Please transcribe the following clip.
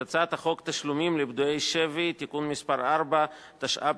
יציג את הצעת החוק חבר הכנסת זאב